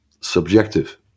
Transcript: subjective